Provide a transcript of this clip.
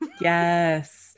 Yes